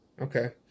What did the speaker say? Okay